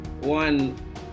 one